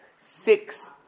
six